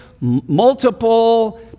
multiple